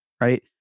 right